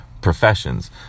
professions